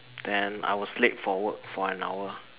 then I was late for work for an hour